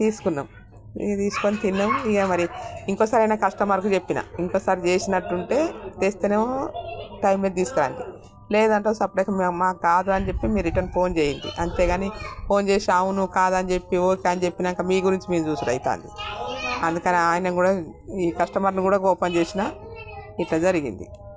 తీసుకున్నాం తీసుకుని తిన్నాం ఇక మరి ఇంకోసారి అయినా కస్టమర్కి చెప్పాను ఇంకోసారి చేసినట్టు ఉంటే తేస్తేనేమో టైముకి తీసుకురండి లేదంటే సపరేట్గా మాకు కాదు అని చెప్పి మీరు రిటర్న్ ఫోన్ చేయండి అంతేగాని ఫోన్ చేసి అవును కాదు అని చెప్పి ఓకే అని చెప్పాక మీ గురించి మీరూ చూసారు అదికాదు అందుకని ఆయన కూడా ఈ కస్టమర్ని కూడా కోపం చేశాను ఇలా జరిగింది